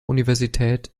universität